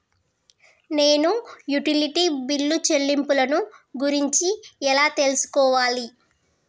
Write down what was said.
నేను utility bill చెల్లింపులను గురించి ఎలా తెలుసుకోవాలి?